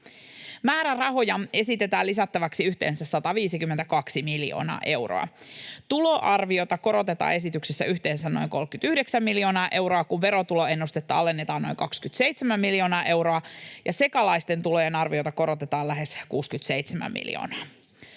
Määrärahoja esitetään lisättäväksi yhteensä 152 miljoonaa euroa. Tuloarviota korotetaan esityksessä yhteensä noin 39 miljoonaa euroa, kun verotuloennustetta alennetaan noin 27 miljoonaa euroa ja sekalaisten tulojen arviota korotetaan lähes 67 miljoonaa.